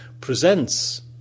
presents